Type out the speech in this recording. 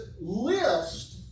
list